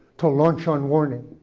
to launch on warning.